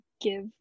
give